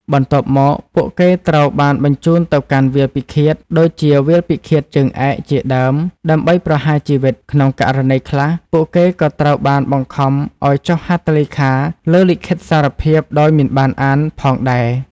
បន្ទាប់មក ពួកគេត្រូវបានបញ្ជូនទៅកាន់វាលពិឃាតដូចជាវាលពិឃាតជើងឯកជាដើមដើម្បីប្រហារជីវិត។ ក្នុងករណីខ្លះ ពួកគេក៏ត្រូវបានបង្ខំឱ្យចុះហត្ថលេខាលើលិខិតសារភាពដោយមិនបានអានផងដែរ។